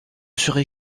serai